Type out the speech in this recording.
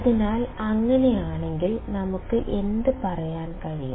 അതിനാൽ അങ്ങനെയാണെങ്കിൽ നമുക്ക് എന്ത് പറയാൻ കഴിയും